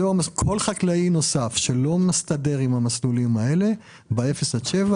כל חקלאי נוסף שלא מסתדר עם המסלולים האלה ב-0 עד 7,